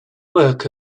work